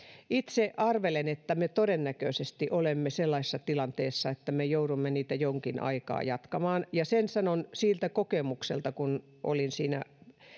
itse arvelen että me todennäköisesti olemme sellaisessa tilanteessa että me joudumme niitä jonkin aikaa jatkamaan ja sen sanon siltä kokemukselta kun olin siinä